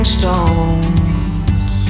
stones